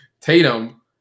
Tatum